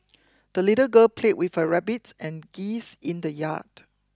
the little girl played with her rabbit and geese in the yard